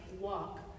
walk